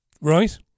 Right